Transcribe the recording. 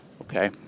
Okay